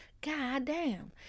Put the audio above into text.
Goddamn